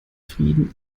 frieden